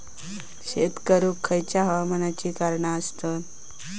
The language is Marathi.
शेत करुक खयच्या हवामानाची कारणा आसत?